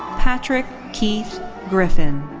patrick keith griffin.